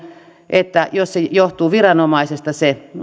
että jos johtuu viranomaisesta se